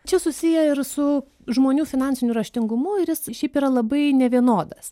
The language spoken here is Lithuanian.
čia susiję ir su žmonių finansiniu raštingumu ir jis šiaip yra labai nevienodas